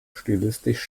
stilistisch